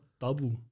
double